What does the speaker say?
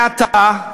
מעתה,